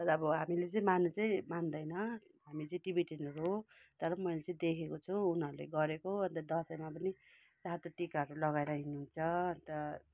तर अब हामीले चाहिँ मान्नु चाहिँ मान्दैन हामी चाहिँ टिबेटनहरू हो तर मैले चाहिँ देखेको छु उनीहरूले गरेको अन्त दसैँमा पनि रातो टीकाहरू लगाएर हिँड्नु हुन्छ अन्त